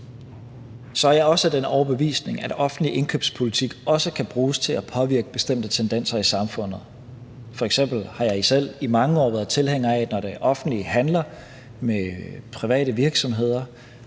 Så er jeg også af den overbevisning, at offentlig indkøbspolitik også kan bruges til at påvirke bestemte tendenser i samfundet. F.eks. har jeg selv i mange år været tilhænger af, at når det offentlige handler med private virksomheder